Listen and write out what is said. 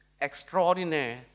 Extraordinary